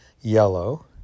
yellow